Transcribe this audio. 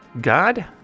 God